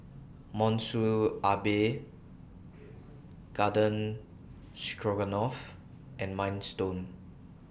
Monsunabe Garden Stroganoff and Minestrone